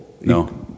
No